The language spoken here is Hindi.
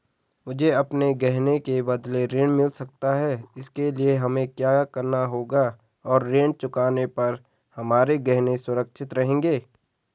मुझे अपने गहने के बदलें ऋण मिल सकता है इसके लिए हमें क्या करना होगा और ऋण चुकाने पर हमारे गहने सुरक्षित रहेंगे?